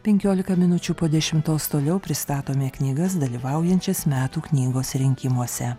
penkiolika minučių po dešimtos toliau pristatome knygas dalyvaujančias metų knygos rinkimuose